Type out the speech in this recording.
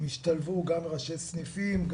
השתלבו גם ראשי סניפים,